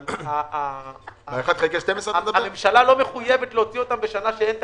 אבל הממשלה לא מחויבת להוציא אותו בשנה שאין תקציב.